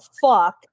fuck